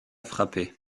frapper